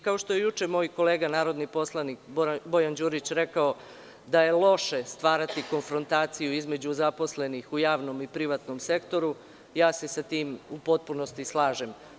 Kao što je juče moj kolega narodni poslanik Bojan Đurić rekao da je loše stvarati konfrontaciju između zaposlenih u javnom i privatnom sektoru, ja se sa tim u potpunosti slažem.